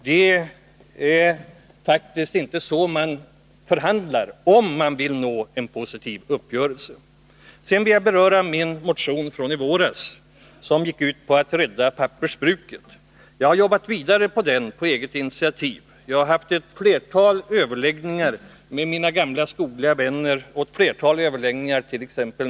Det är faktiskt inte så man förhandlar, om man vill nå en positiv uppgörelse. Sedan vill jag säga några ord om den motion som jag väckte i våras och som går ut på att man skall rädda pappersbruket. Jag har jobbat vidare med den saken på eget initiativ. Jag har haft ett flertal överläggningar med mina gamla skogliga vänner och med bl.a. Björn Sprängare.